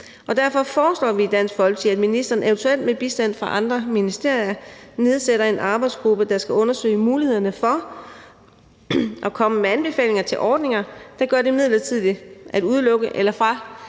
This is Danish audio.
Derfor foreslår vi i Dansk Folkeparti, at ministeren – eventuelt med bistand fra andre ministerier – nedsætter en arbejdsgruppe, der skal undersøge mulighederne for og komme med anbefalinger til ordninger, der gør det muligt midlertidigt at udelukke eller